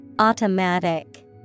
Automatic